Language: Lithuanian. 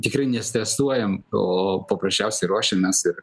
tikrai nestresuojam o paprasčiausiai ruošiamės ir